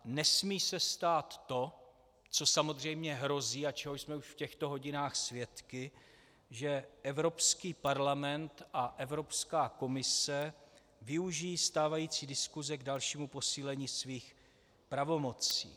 Nesmí se stát to, co samozřejmě hrozí a čeho jsme v těchto hodinách svědky, že Evropský parlament a Evropská komise využijí stávající diskuse k dalšímu posílení svých pravomocí.